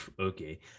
okay